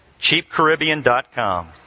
cheapcaribbean.com